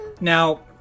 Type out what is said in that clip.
Now